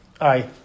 Aye